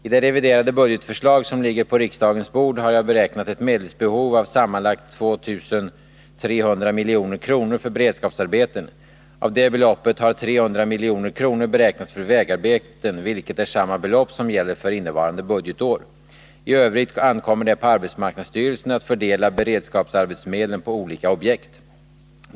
I det reviderade budgetförslag som ligger på riksdagens bord har jag beräknat ett medelsbehov av sammanlagt 2 300 milj.kr. för beredskapsarbeten. Av det beloppet har 300 milj.kr. beräknats för vägarbeten, vilket är samma belopp som gäller för innevarande budgetår. I övrigt ankommer det på arbetsmarknadsstyrelsen att fördela beredskapsarbetsmedlen på olika objekt.